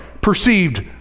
perceived